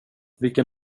vilken